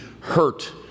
hurt